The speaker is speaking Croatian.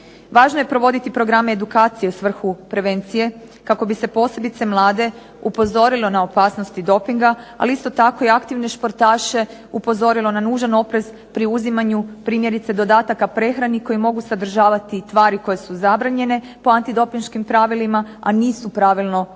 Važno je provoditi programe edukacije u svrhu prevencije, kako bi se posebice mlade upozorilo na opasnosti dopinga, ali isto tako i aktivne športaše upozorilo na nužan oprez pri uzimanju primjerice dodataka prehrani koji mogu sadržavati tvari koje su zabranjene po antidopinškim pravilima, a nisu pravilno označene.